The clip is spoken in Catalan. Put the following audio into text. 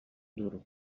duro